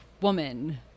woman